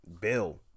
Bill